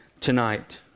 tonight